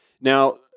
Now